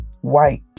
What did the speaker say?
white